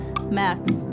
Max